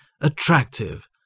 attractive